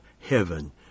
heaven